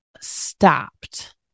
stopped